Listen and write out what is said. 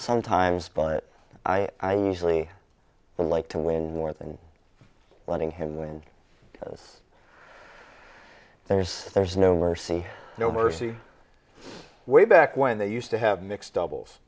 sometimes but i usually like to win more than letting him then there's there's no mercy no mercy way back when they used to have mixed doubles